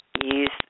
use